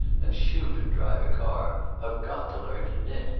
and shoot, and drive a car, have got to learn to knit.